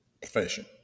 profession